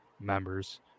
members